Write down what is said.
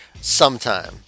sometime